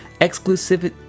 exclusive